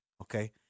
okay